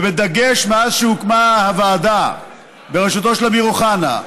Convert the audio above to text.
ובדגש מאז שהוקמה הוועדה בראשותו של אמיר אוחנה.